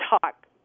talk